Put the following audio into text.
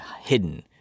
hidden